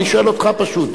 אני שואל אותך פשוט,